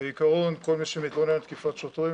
בעיקרון כל מי שמתלונן על תקיפת שוטרים